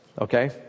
Okay